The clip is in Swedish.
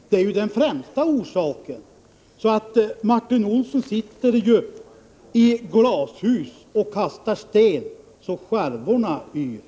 Det är den främsta orsaken, så Martin Olsson sitter ju i glashus och kastar sten så att skärvorna yr.